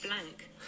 blank